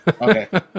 Okay